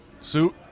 suit